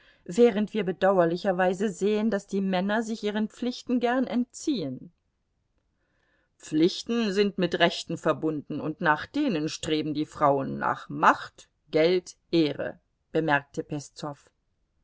während wir bedauerlicherweise sehen daß die männer sich ihren pflichten gern entziehen pflichten sind mit rechten verbunden und nach denen streben die frauen nach macht geld ehre bemerkte